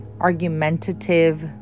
argumentative